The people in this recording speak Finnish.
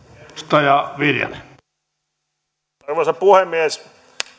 arvoisa puhemies